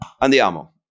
andiamo